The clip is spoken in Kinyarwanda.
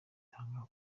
itanga